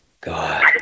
god